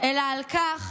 אלא על כך